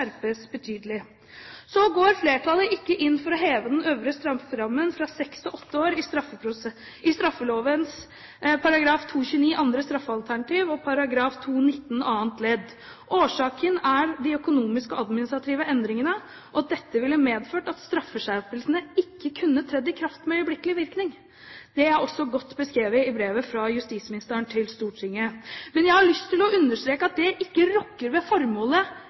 skjerpes betydelig. Flertallet går ikke inn for å heve den øvre strafferammen fra seks til åtte år i straffeloven § 229 andre straffealternativ og § 219 annet ledd. Årsaken er de økonomiske og administrative endringene, og dette ville medført at straffeskjerpelsene ikke kunne trådt i kraft med øyeblikkelig virkning. Dette er også godt beskrevet i brevet fra justisministeren til Stortinget. Men jeg har lyst til å understreke at det ikke rokker ved formålet